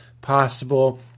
possible